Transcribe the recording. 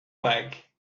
like